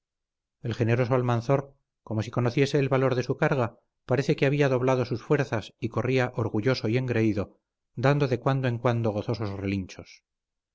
el generoso almanzor como si conociese el valor de su carga parece que había doblado sus fuerzas y corría orgulloso y engreído dando de cuando en cuando gozosos relinchos